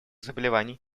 заболеваний